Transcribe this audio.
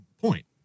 point